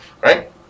right